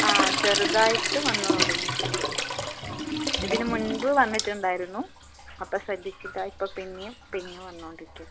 ആ ചെറുതായിട്ട് വന്നു തുടങ്ങിയിട്ടുണ്ട് ഇതിന് മുൻപ് വന്നിട്ടുണ്ടായിരുന്നു അപ്പം ശ്രദ്ധിച്ചില്ല ഇപ്പം പിന്നെയുംപെയിൻ വന്നുകൊണ്ടിരിക്കുകയാണ്